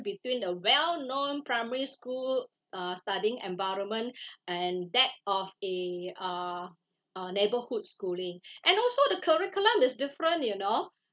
between the well known primary school uh studying environment and that of a uh uh neighbourhood schooling and also the curriculum is different you know